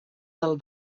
del